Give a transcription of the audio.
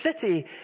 city